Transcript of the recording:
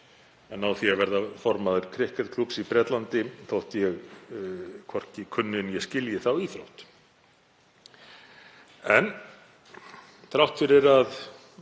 ná því að verða formaður krikketklúbbs í Bretlandi, þótt ég hvorki kunni né skilji þá íþrótt. En þrátt fyrir að